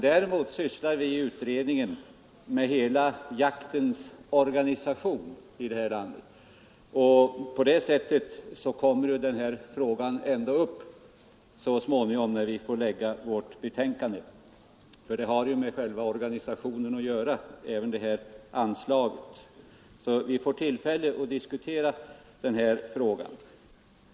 Däremot sysslar vi i utredningen med jaktens organisation här i landet, och på det sättet kommer denna anslagsfråga ändå upp så småningom, ty anslaget har ju med själva organisationen att göra. Vi får alltså tillfälle att diskutera den här frågan.